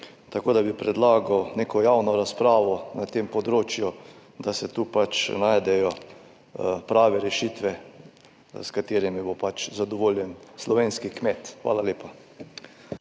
Tako da bi predlagal neko javno razpravo na tem področju, da se tu najdejo prave rešitve, s katerimi bo zadovoljen slovenski kmet. Hvala lepa.